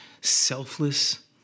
selfless